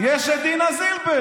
יש את דינה זילבר.